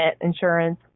insurance